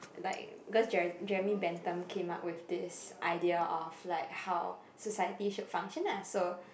like cause Jere~ Jeremy-Bentham came up with this idea of like how society should function ah so